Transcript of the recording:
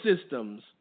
systems